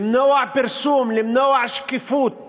למנוע פרסום, למנוע שקיפות